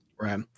Right